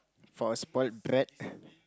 for a spoiled brat